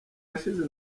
yashize